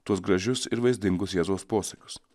tuos gražius ir vaizdingus jėzaus posakius